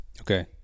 Okay